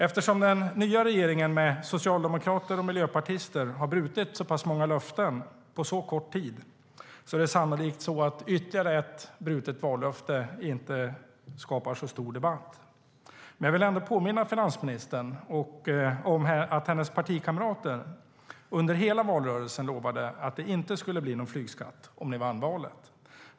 Eftersom den nya regeringen med socialdemokrater och miljöpartister har brutit så pass många löften på så kort tid är det sannolikt att ytterligare ett brutet vallöfte inte skapar så stor debatt. Jag vill ändå påminna finansministern om att hennes partikamrater under hela valrörelsen lovade att det inte skulle bli någon flygskatt om ni vann valet.